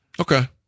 Okay